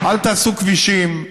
אל תעשו כבישים,